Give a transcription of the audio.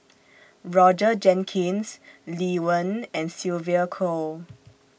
Roger Jenkins Lee Wen and Sylvia Kho